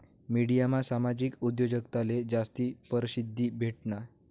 मिडियामा सामाजिक उद्योजकताले जास्ती परशिद्धी भेटनी